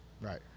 Right